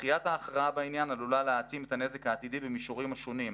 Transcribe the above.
ודחיית ההכרעה בעניין עלולה להעצים את הנזק העתידי במישורים השונים.